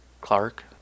Clark